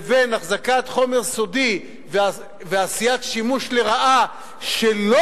בין החזקת חומר סודי ועשיית שימוש לרעה שלא